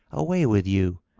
away with you,